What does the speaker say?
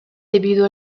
debido